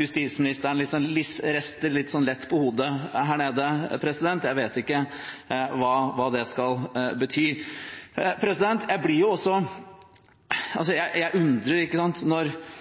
justisministeren rister lett på hodet her nede – jeg vet ikke hva det skal bety. Jeg undrer også når representanten Werp er her oppe og ikke